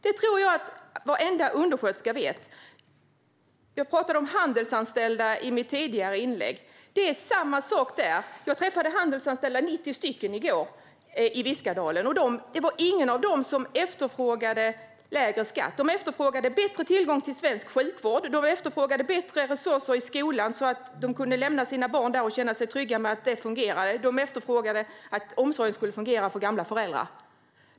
Det tror jag att varenda undersköterska vet. Jag talade om handelsanställda i mitt tidigare inlägg. Det är samma sak där. Jag träffade 90 handelsanställda i går i Viskadalen. Det var ingen av dem som efterfrågade lägre skatt. De efterfrågade bättre tillgång till svensk sjukvård. De efterfrågade bättre resurser till skolan så att de kunde lämna sina barn där och känna sig trygga med att det fungerade. De efterfrågade att omsorgen skulle fungera för gamla föräldrar.